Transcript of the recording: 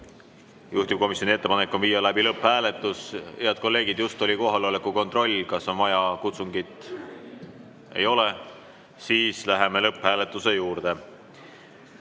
Juhtivkomisjoni ettepanek on viia läbi lõpphääletus. Head kolleegid, just oli kohaloleku kontroll. Kas on vaja kutsungit? Ei ole. Siis läheme lõpphääletuse juurde. Panen